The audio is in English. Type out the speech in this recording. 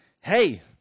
hey